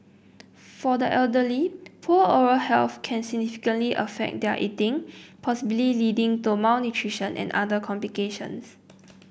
for the elderly poor oral health can significantly affect their eating possibly leading to malnutrition and other complications